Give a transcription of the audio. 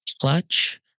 clutch